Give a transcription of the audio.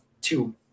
two